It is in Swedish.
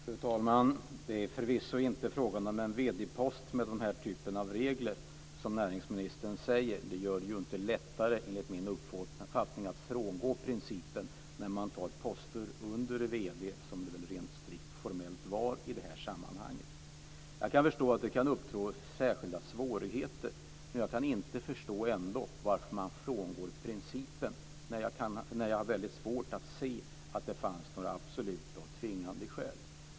Fru talman! Det är förvisso inte fråga om en vdpost med den typ av regler som näringsministern nämner. Enligt min uppfattning blir det ju inte lättare att frångå principen när det gäller poster under vd, som det väl rent strikt och formellt handlade om i det här sammanhanget. Jag kan förstå att det kan uppstå särskilda svårigheter, men jag kan ändå inte förstå varför man frångår principen. Jag har nämligen väldigt svårt att se att det fanns några absoluta och tvingande skäl.